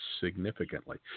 significantly